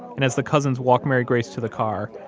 and as the cousins walk mary grace to the car,